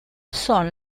son